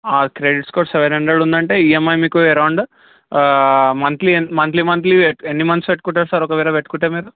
credit score seven hundred ఉందంటే EMI మీకు around monthly monthly monthly ఎన్ని మంత్స్ పెట్టుకుంటారు సార్ ఒకవేళ పెట్టుకుంటే మీరు